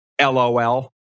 LOL